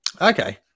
Okay